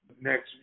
next